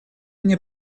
мне